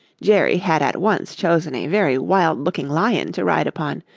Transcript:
jerry had at once chosen a very wild-looking lion to ride upon,